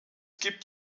gibt